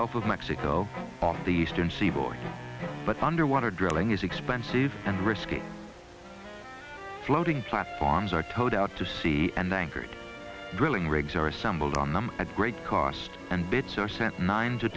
gulf of mexico off the eastern seaboard but underwater drilling is expensive and risky floating platforms are towed out to sea and the anchor drilling rigs are assembled on them at great cost and bits are sent nine to